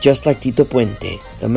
just like